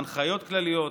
הנחיות כלליות,